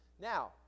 Now